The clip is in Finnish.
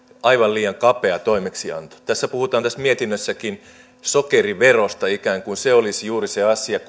aivan liian kapea toimeksianto tässä mietinnössäkin puhutaan sokeriverosta ikään kuin se olisi juuri se asia